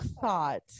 thought